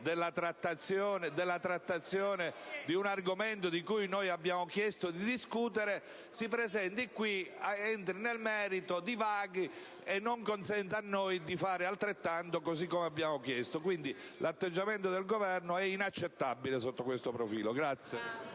della trattazione dell'argomento di cui abbiamo chiesto di discutere, si presenti qui, entri nel merito, divaghi e non consenta a noi di fare altrettanto, così come abbiamo chiesto. L'atteggiamento del Governo è inaccettabile sotto questo profilo.